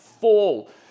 fall